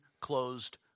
closed